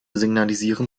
signalisieren